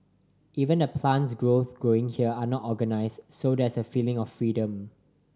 even the plants grows growing here are not organised so there's a feeling of freedom